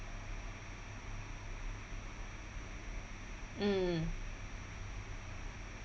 mm